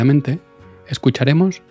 escucharemos